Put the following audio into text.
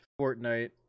Fortnite